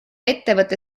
ettevõte